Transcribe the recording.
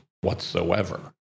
whatsoever